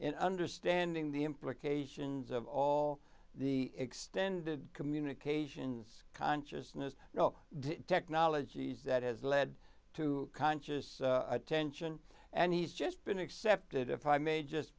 in understanding the implications of all the extended communications consciousness technologies that has led to conscious attention and he's just been accepted if i may just